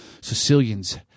Sicilians